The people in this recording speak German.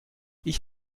ich